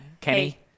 Kenny